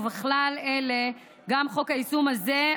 ובכלל זה חוק היישום הזה,